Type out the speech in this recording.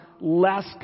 less